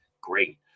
great